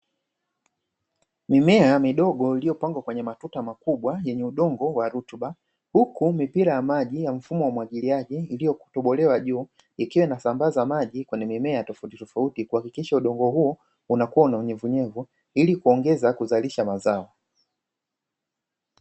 Mimea midogo iliyopangwa kwenye matuta makubwa yenye udongo wa rutuba huku mipira ya maji ya mfumo wa umwagiliaji iliyokutobolewa juu, ikiwa na sambaza maji kwenye mimea tofauti tofauti kuhakikisha udongo huo unakuwa na unyevunyevu ili kuongeza kuzalisha mazao.